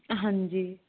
ਹਾਂਜੀ